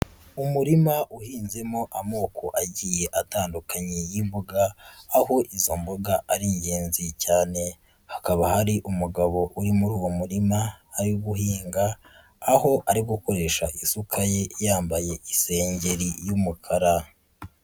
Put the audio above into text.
Umurima uhinzemo amoko agiye atandukanye y'imboga aho izo mboga ari inyenzi cyane, hakaba hari umugabo uri muri uwo murima ari guhinga aho ari gukoresha isuka ye yambaye isengeri y'umukara.